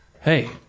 Hey